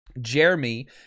Jeremy